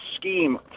scheme